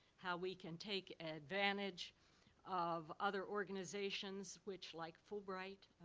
how we can take advantage of other organizations which, like fulbright,